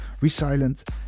resilient